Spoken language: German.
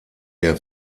der